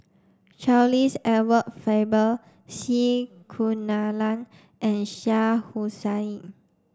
Charles Edward Faber C Kunalan and Shah Hussain